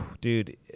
dude